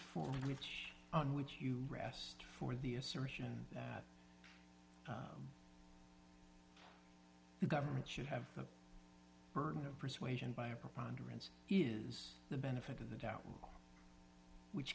research on which you rest for the assertion that the government should have a burden of persuasion by a preponderance is the benefit of the doubt which